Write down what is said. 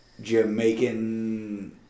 Jamaican